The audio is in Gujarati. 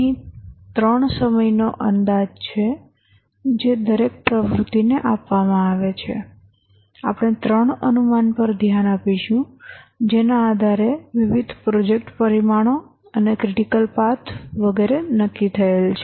અહીં ત્રણ સમયનો અંદાજ છે જે દરેક પ્રવૃત્તિને આપવામાં આવે છે આપણે ત્રણ અનુમાન પર ધ્યાન આપીશું જેના આધારે વિવિધ પ્રોજેક્ટ પરિમાણો અને ક્રિટિકલ પાથ વગેરે નક્કી થયેલ છે